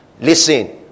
Listen